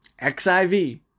XIV